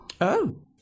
Oh